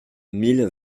mille